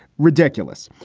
ridiculous.